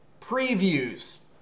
Previews